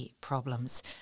Problems